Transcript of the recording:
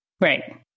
Right